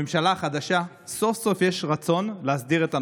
בממשלה החדשה, סוף-סוף יש רצון להסדיר את הנושא.